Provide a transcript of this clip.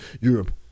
Europe